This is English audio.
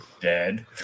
Dead